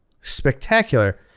Spectacular